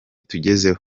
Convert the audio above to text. tugezeho